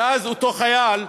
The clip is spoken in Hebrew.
ואז אותו חייל,